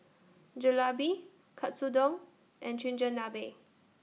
Jalebi Katsudon and Chigenabe